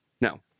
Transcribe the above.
Now